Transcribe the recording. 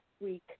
week